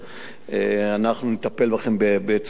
אנחנו נטפל בכם בצורה אחרת.